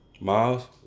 Miles